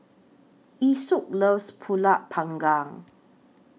Esau loves Pulut Panggang